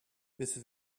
this